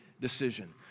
decision